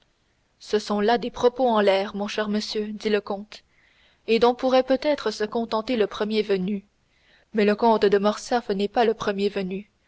ce sont là des propos en l'air mon cher monsieur dit le comte et dont pourrait peut-être se contenter le premier venu mais le comte de morcerf n'est pas le premier venu